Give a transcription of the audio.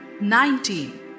nineteen